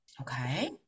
Okay